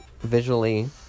visually